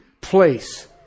place